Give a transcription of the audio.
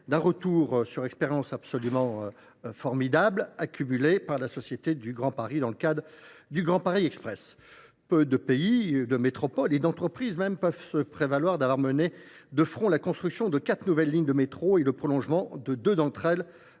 du retour sur expérience absolument formidable accumulé par la Société du Grand Paris dans le cadre du Grand Paris Express. Peu de pays, de métropoles et même d’entreprises peuvent se prévaloir d’avoir mené de front la construction de quatre nouvelles lignes de métro et le prolongement de deux d’entre elles,